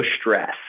stress